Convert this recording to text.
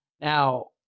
Now